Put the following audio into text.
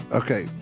okay